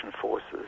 forces